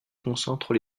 concentrent